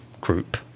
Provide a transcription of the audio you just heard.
group